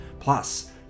plus